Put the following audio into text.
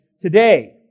today